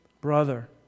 brother